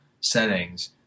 settings